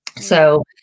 So-